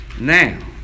now